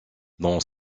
dans